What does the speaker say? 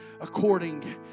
according